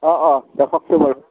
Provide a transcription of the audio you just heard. অঁ অঁ দেখাওকচোন বাৰু